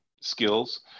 skills